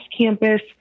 campus